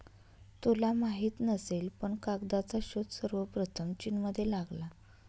तुला माहित नसेल पण कागदाचा शोध सर्वप्रथम चीनमध्ये लागला